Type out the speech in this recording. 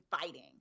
fighting